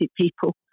people